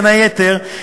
בין היתר,